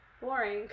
boring